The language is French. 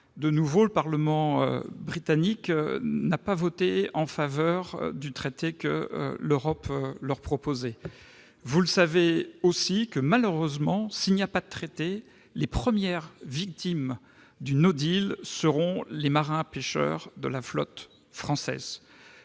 ce soir, le Parlement britannique n'a pas voté en faveur du traité que l'Europe lui propose. Or, malheureusement, s'il n'y a pas de traité, les premières victimes du seront les marins pêcheurs de la flotte française.